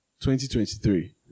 2023